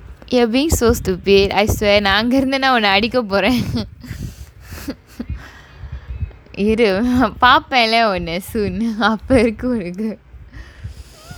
you so stupid I swear நான் அங்கயிருந்தனா ஒன்ன அடிக்கப்போறேன்:naan angairunthanaa onna adikkapporaen இரு பாப்பேன்ல ஒன்ன:iru paappaenla onna soon அப்ப இருக்கு ஒனக்கு:appe irukku onakku